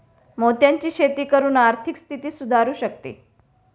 मोत्यांची शेती करून आर्थिक स्थिती सुधारु शकते